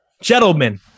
Gentlemen